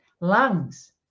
Lungs